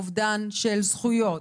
אובדן של זכויות,